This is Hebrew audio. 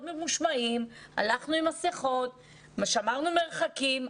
ממושמעים והלכנו עם מסכות ושמרנו על המרחקים.